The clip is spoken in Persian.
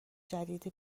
جدید